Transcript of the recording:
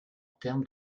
termes